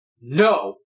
No